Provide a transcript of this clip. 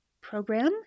program